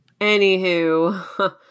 Anywho